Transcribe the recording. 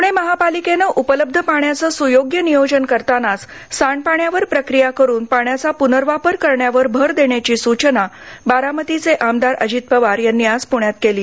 पूणे महापालिकेनं उपलब्ध पाण्याचं सुयोग्य नियोजन करतानाच सांडपाण्यावर प्रक्रिया करून पाण्याचा पुनर्वापर करण्यावर भर देण्याची सूचना बारामतीचे आमदार अजित पवार यांनी आज पुण्यात केली